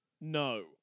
no